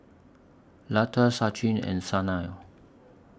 Lata Sachin and Sanal